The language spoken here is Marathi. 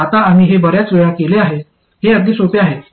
आता आम्ही हे बर्याच वेळा केले आहे हे अगदी सोपे आहे